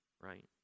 right